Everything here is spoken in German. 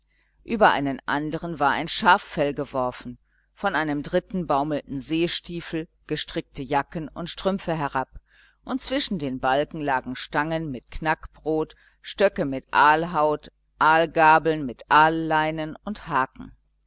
über einen andern war ein schaffell geworfen von einem dritten baumelten seestiefel gestrickte jacken und strümpfe herab und zwischen den balken lagen stangen mit knackbrot stöcke mit aalhaut aalgabeln mit angelleinen und haken